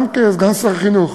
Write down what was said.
גם כסגן שר החינוך: